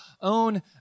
own